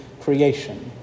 creation